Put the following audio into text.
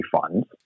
funds